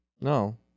No